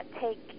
take